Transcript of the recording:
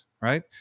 Right